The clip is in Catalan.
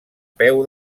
peu